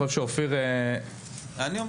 יכול להיות שאופיר --- אני אומר